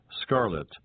scarlet